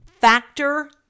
Factor